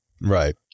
Right